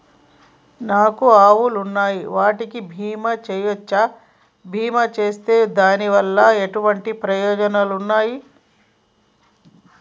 నాకు ఆవులు ఉన్నాయి వాటికి బీమా చెయ్యవచ్చా? బీమా చేస్తే దాని వల్ల ఎటువంటి ప్రయోజనాలు ఉన్నాయి?